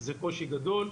זה קושי גדול,